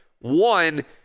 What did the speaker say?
One